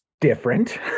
different